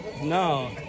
no